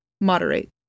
moderate